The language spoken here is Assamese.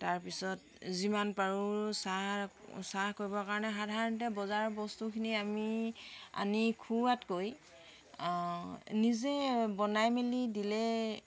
তাৰপিছত যিমান পাৰোঁ চাহ চাহ কৰিবৰ কাৰণে সাধাৰণতে বজাৰৰ বস্তুখিনি আমি আনি খুওৱাতকৈ নিজে বনাই মেলি দিলে